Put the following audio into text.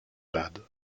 bade